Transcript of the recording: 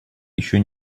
еще